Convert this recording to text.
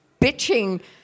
bitching